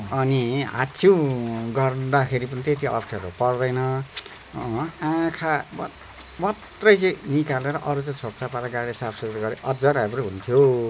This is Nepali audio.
अनि हाच्छिउँ गर्दाखेरि पनि त्यति अफ्ठ्यारो पर्दैन अँ आँखा मात मात्रै चाहिँ निकालेर अरू चाहिँ छोपछाप पारेर गाडी साफसफाइ गरे अझ राम्रो हुन्थ्यो